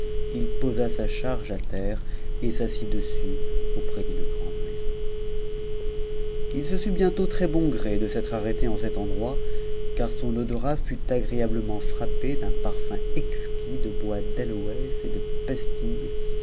il posa sa charge f terre et s'assit dessus auprès d'une grande maison tt se sut bientôt très-bon gré de s'être arrêté en cet endroit car son orat fut agréablement frappé d'un parfum exquis de bois d'aloès et de pastilles